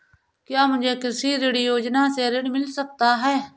क्या मुझे कृषि ऋण योजना से ऋण मिल सकता है?